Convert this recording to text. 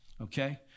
okay